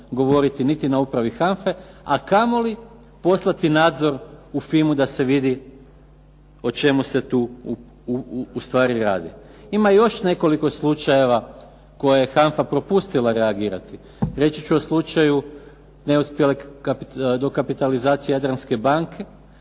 govoriti niti na Upravi HANFA-e, a kamoli poslati nadzor u FIMA-u da se vidi o čemu se tu u stvari radi. Ima još nekoliko slučajeva koje je HANFA propustila reagirati. Reći ću o slučaju neuspjelog dokapitalizacije Jadranske banke